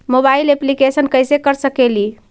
Mobile application कैसे कर सकेली?